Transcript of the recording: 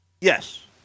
Yes